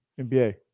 NBA